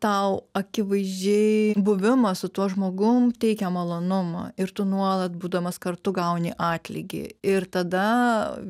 tau akivaizdžiai buvimas su tuo žmogum teikia malonumą ir tu nuolat būdamas kartu gauni atlygį ir tada